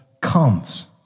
comes